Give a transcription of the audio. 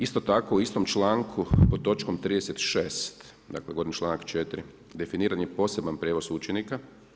Isto tako u istom članku pod točkom 36. dakle govorim članak 4. definiran je poseban prijevoz učenika.